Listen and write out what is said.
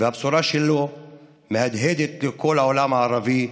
והבשורה שלו מהדהדת לכל העולם הערבי שסביבנו,